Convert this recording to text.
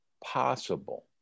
possible